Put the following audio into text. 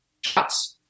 shots